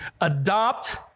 Adopt